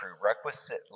prerequisite